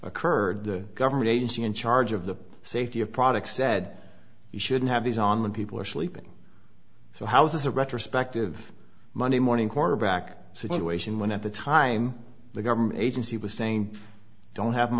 occurred the government agency in charge of the safety of products said you shouldn't have these on when people are sleeping so how is this a retrospective monday morning quarterback situation when at the time the government agency was saying don't have